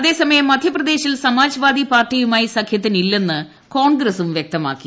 അതേസമയം മധ്യപ്രദേശിൽ സമാജ്വാദി പാർട്ടിയുമായി സഖ്യത്തിനില്ലെന്ന് കോൺഗ്രസും വ്യക്തമാക്കി